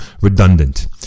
Redundant